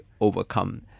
overcome